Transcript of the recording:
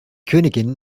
königin